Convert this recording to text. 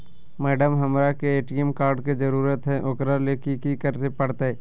Madam, हमरा के ATM card के जरूरत है ऊकरा ले की की करे परते?